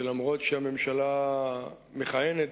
שאף-על-פי שהממשלה מכהנת